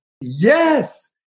Yes